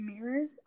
mirrors